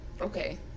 okay